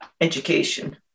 education